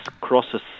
crosses